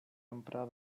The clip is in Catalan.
emprar